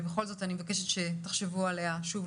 ובכל זאת אני מבקשת שתחשבו עליה שוב,